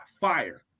fire